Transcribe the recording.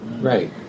right